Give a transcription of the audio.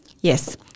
Yes